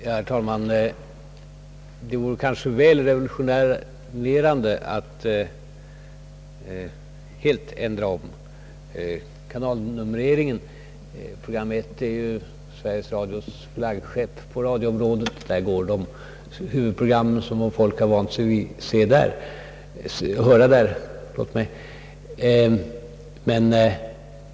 Herr talman! Det vore kanske väl revolutionerande att helt ändra om kanalnumreringen — program 1 är ju Sveriges Radios flaggskepp på radioområdet och där går de program som folk huvudsakligen har vant sig vid att höra.